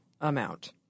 amount